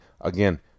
again